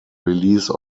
release